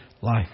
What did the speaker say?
life